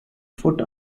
foot